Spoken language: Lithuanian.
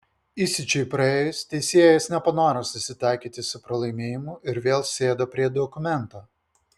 įsiūčiui praėjus teisėjas nepanoro susitaikyti su pralaimėjimu ir vėl sėdo prie dokumento